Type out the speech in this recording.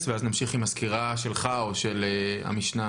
ואז נמשיך עם הסקירה שלך או של המשנה.